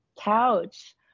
couch